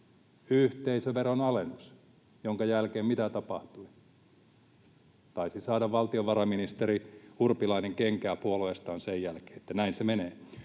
Yhteisöveron alennus, jonka jälkeen mitä tapahtui? Taisi saada valtiovarainministeri Urpilainen kenkää puolueestaan sen jälkeen, että näin se menee.